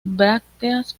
brácteas